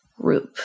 group